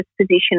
position